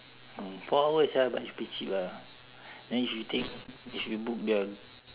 four hours sia but it's dirt cheap ah then if you take if you book the